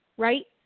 right